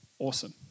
awesome